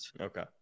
okay